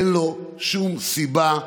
אין לו שום סיבה,